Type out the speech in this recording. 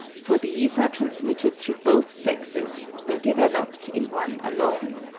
for these are transmitted through both sexes, though developed in one alone.